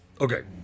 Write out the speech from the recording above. Okay